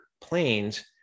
planes